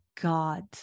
God